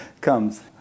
comes